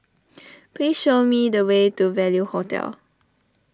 please show me the way to Value Hotel